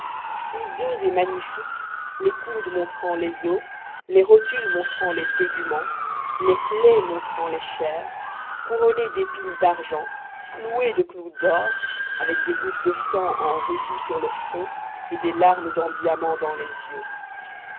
hideux et magnifiques les coudes montrant les os les rotules montrant les téguments les plaies montrant les chairs couronnés d'épines d'argent cloués de clous d'or avec des gouttes de sang en rubis sur le front et des larmes en diamants dans les yeux